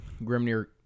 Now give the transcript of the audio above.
Grimnir